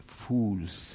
fools